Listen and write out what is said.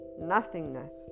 nothingness